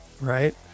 right